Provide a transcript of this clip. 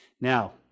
Now